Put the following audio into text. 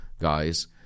guys